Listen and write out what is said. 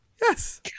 Yes